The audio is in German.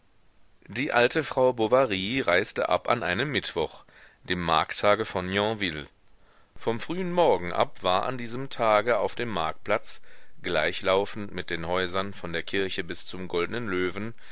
die alte frau bovary reiste ab an einem mittwoch dem markttage von yonville vom frühen morgen ab war an diesem tage auf dem marktplatz gleichlaufend mit den häusern von der kirche bis zum goldnen löwen